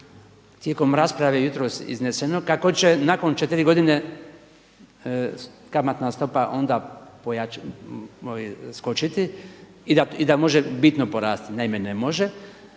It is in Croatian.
tijekom rasprave jutros izneseno kako će nakon 4 godine kamatna stopa onda skočiti i da može bitno porasti. Naime, ne može.